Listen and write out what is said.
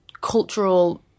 cultural